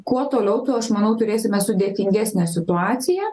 kuo toliau tuo aš manau turėsime sudėtingesnę situaciją